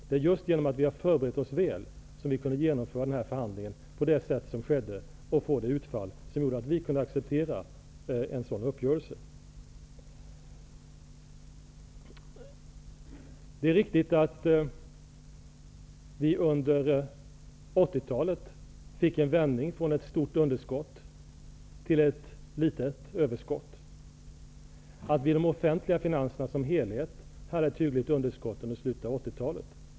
Det var just genom att vi hade förberett oss väl som vi kunde genomföra den här förhandlingen på det sätt som skedde och få det utfall som gjorde att vi kunde acceptera en sådan uppgörelse. Det är riktigt att vi under 80-talet fick en vändning från ett stort underskott till ett litet överskott. De offentliga finanserna som helhet hade ett hyggligt underskott under slutet av 80-talet.